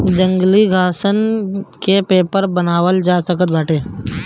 जंगली घासन से भी पेपर बनावल जा सकत बाटे